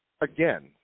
again